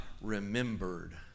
remembered